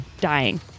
dying